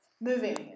moving